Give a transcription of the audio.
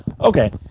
Okay